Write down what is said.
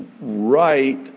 right